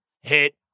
hit